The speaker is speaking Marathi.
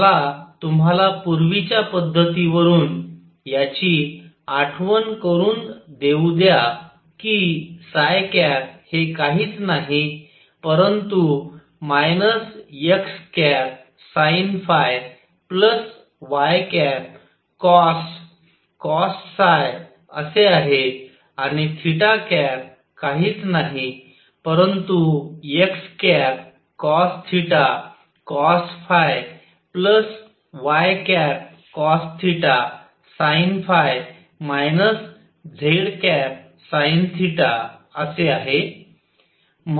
मला तुम्हाला पूर्वीच्या पद्धतीवरून याची आठवण करून देऊ द्या कि हे काहीच नाही परंतु xsinϕ ycos असे आहे आणि काहीच नाही परंतु xcosθcosϕycosθsinϕ zsin θअसे आहे